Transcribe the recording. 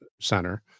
center